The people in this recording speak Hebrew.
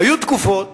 היו תקופות